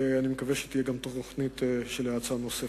ואני מקווה שתהיה גם תוכנית של האצה נוספת.